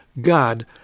God